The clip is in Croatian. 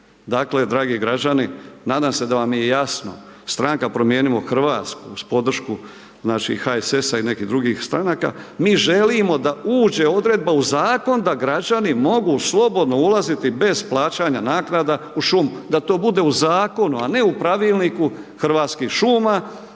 Dakle, dragi građani nadam se da vam je jasno, Stranka promijenimo Hrvatsku uz podršku naših HSS-a i nekih drugih stranaka, mi želimo da uđe odredba u zakon da građani mogu slobodno ulaziti bez plaćanja naknada u šumu, da to bude u zakonu, a ne u pravilniku Hrvatskih šuma,